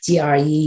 GRE